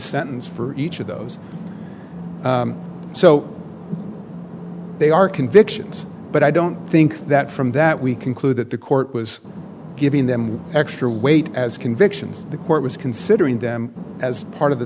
sentence for each of those so they are convictions but i don't think that from that we conclude that the court was giving them extra weight as convictions the court was considering them as part of the